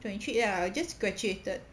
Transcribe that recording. twenty three ya just graduated